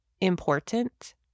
important